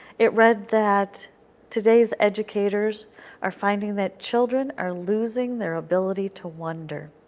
it read that today's educators are finding that children are losing their ability to wonder.